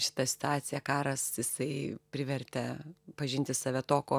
šita situacija karas jisai privertė pažinti save to ko